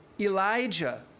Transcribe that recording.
Elijah